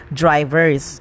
drivers